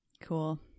cool